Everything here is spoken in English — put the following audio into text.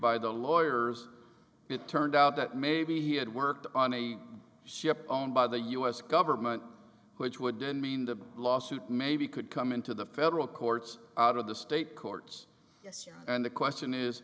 by the lawyers it turned out that maybe he had worked on a ship owned by the u s government which would then mean the lawsuit maybe could come into the federal courts out of the state court yes you know and the question is